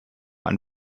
ein